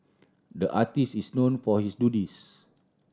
the artist is known for his doodles